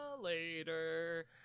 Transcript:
later